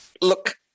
Look